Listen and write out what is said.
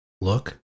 Look